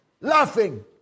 laughing